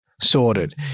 sorted